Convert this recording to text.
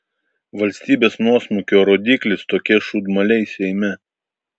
valstybės nuosmukio rodiklis tokie šūdmaliai seime